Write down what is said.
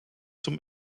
zum